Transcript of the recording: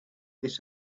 this